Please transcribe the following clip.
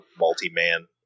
multi-man